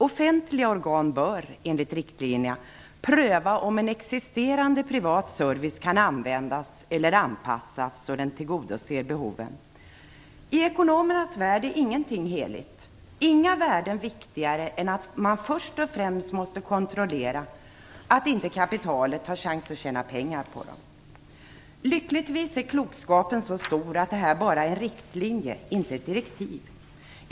Offentliga organ bör, enligt riktlinjerna, pröva om en existerande privat service kan användas eller anpassas så att den tillgodoser behoven. I ekonomernas värld är ingenting heligt. Inga värden är viktigare än att man först och främst måste kontrollera att kapitalet inte har chans att tjäna pengar på dem. Lyckligtvis är klokskapen så stor att detta bara är en riktlinje och inte ett direktiv.